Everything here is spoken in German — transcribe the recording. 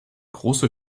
große